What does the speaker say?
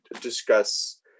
discuss